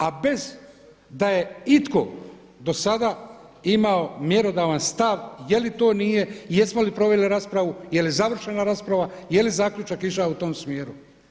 A bez da je itko do sada imao mjerodavan stav je li to nije, jesmo li proveli raspravu, je li završena rasprava, je li zaključak išao u tom smjeru.